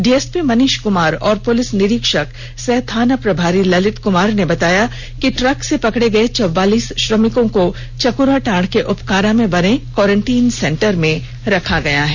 DSP Manish Kumar व police निरीक्षक सह थाना प्रभारी ललित कुमार ने बताया कि ट्रक से पकड़े गए चौवालीस श्रमिकों को चकुराटांड के उपकारा में बने क्वारेन्टीन सेंटर में रखा गया है